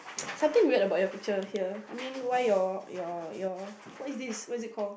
something weird about your picture here I mean why your your your what is this what's it called